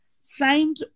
signed